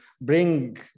bring